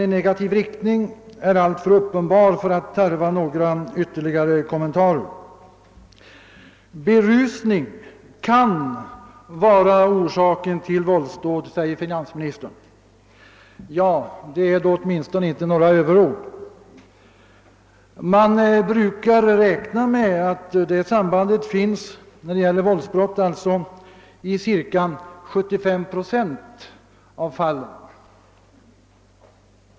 Denna negativa inverkan är alltför uppenbar för att tarva några ytterligare kommentarer. Berusning »kan vara orsaken till våldsdåd», säger finansministern. Ja, det är då åtminstone inte några överord. Man brukar räkna med att det sambandet föreligger i cirka 75 procent av fallen av våldsbrott.